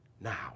now